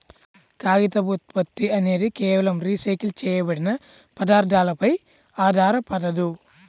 కాగితపు ఉత్పత్తి అనేది కేవలం రీసైకిల్ చేయబడిన పదార్థాలపై ఆధారపడదు